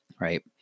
right